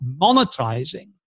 monetizing